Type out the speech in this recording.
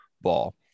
ball